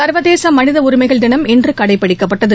சா்வதேச மனித உரிமைகள் தினம் இன்று கடைபிடிக்கப்பட்டது